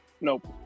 nope